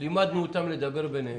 לימדנו אותם לדבר ביניהם.